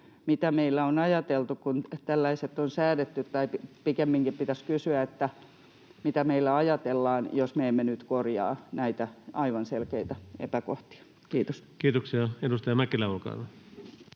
mitä meillä on ajateltu, kun tällaiset on säädetty — tai pikemminkin pitäisi kysyä, että mitä meillä ajatellaan, jos me emme nyt korjaa näitä aivan selkeitä epäkohtia. — Kiitos. [Speech 310] Speaker: